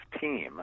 team